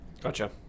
gotcha